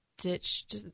ditched